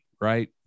right